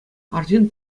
арҫын